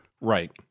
right